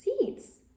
seeds